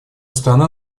страна